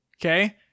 Okay